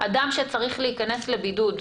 אדם שצריך להיכנס לבידוד,